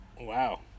wow